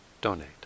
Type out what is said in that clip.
donate